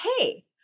hey